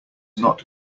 not